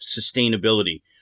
sustainability